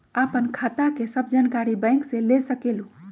आपन खाता के सब जानकारी बैंक से ले सकेलु?